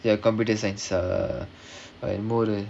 they are computer science